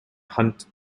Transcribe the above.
hunt